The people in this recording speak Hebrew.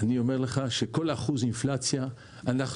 ואני אומר לך שעם כל אחוז אינפלציה אנחנו